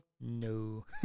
No